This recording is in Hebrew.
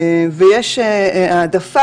יש העדפה,